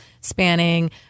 spanning